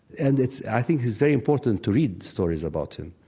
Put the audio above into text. and it's i think it's very important to read stories about him,